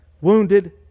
wounded